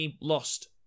lost